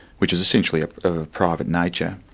which is essentially of a private nature,